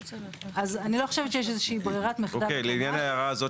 אני לא חושבת שיש איזושהי ברירת מחדל אוטומטית,